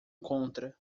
contra